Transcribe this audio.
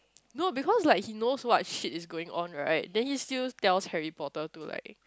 no because like he knows what shit is going on right then he still tells Harry-Potter to like